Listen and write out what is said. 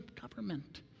government